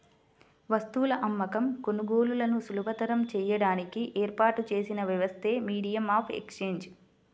వస్తువుల అమ్మకం, కొనుగోలులను సులభతరం చేయడానికి ఏర్పాటు చేసిన వ్యవస్థే మీడియం ఆఫ్ ఎక్సేంజ్